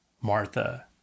Martha